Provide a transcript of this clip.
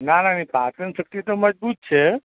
ના ના એની પાચનશકિત તો મજબૂત છે